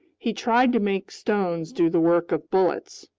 he tried to make stones do the work of bullets,